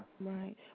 Right